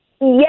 Yes